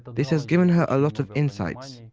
this has given her a lot of insights,